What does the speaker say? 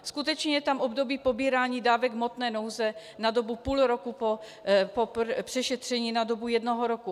Skutečně je tam období pobírání dávek hmotné nouze na dobu půl roku, po přešetření na dobu jednoho roku.